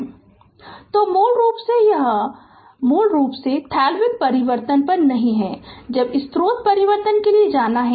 Refer Slide Time 0608 तो मूल रूप से यह मूल रूप से थेवेनिन परिवर्तन पर नहीं है जब स्रोत परिवर्तन के लिए जाना है